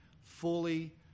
fully